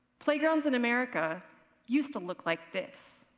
playgrounds in america used to look like this.